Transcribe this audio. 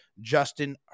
Justin